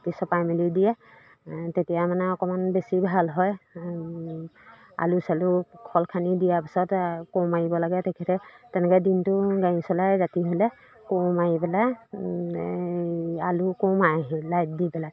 মাটি চপাই মেলি দিয়ে তেতিয়া মানে অকণমান বেছি ভাল হয় আলু চালু খল খানি দিয়াৰ পিছত কোৰ মাৰিব লাগে তেখেতে তেনেকৈ দিনটো গাড়ী চলাই ৰাতি হ'লে কোৰ মাৰি পেলাই আলু কোৰ মাৰেহি লাইট দি পেলাই